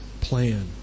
plan